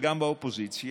וגם באופוזיציה,